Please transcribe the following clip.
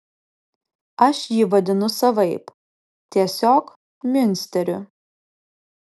aš jį vadinu savaip tiesiog miunsteriu